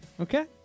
Okay